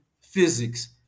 physics